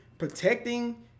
protecting